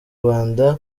rwanda